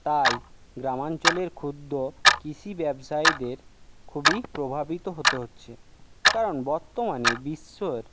তাই গ্রামাঞ্চলের ক্ষুদ্র কৃষি ব্যবসায়ীদের খুবই প্রভাবিত হতে হচ্ছে কারণ বর্তমানে বিশ্বর